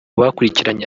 bakurikiranye